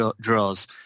draws